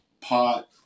pot